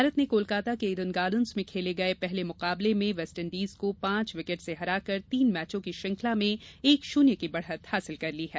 भारत ने कोलकाता के Eden Gardens में खेले गये पहले मुकाबले में वेस्टइंडीज को पांच विकेट से हरा कर तीन मैचों की श्रृंखला में एक शून्य की बढ़त हासिल कर ली है